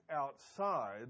outside